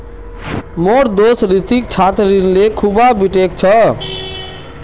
मोर दोस्त रितिक छात्र ऋण ले खूना बीटेक कर छ